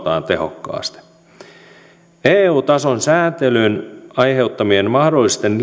valvotaan tehokkaasti eu tason sääntelyn aiheuttamien mahdollisten